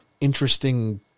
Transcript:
interesting